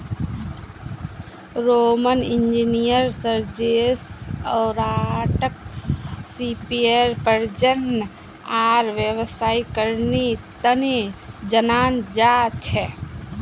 Roman engineer Sergius ओराटाक सीपेर प्रजनन आर व्यावसायीकरनेर तने जनाल जा छे